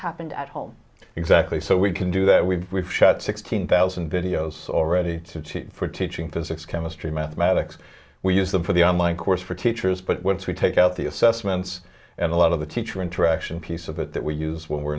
happened at home exactly so we can do that we've shut sixteen thousand videos already for teaching physics chemistry mathematics we use them for the online course for teachers but once we take out the assessments and a lot of the teacher interaction piece of it that we use when we're